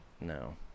No